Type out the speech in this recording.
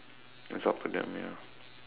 it's up to them ya